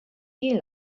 you